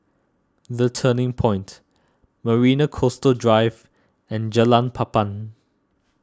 the Turning Point Marina Coastal Drive and Jalan Papan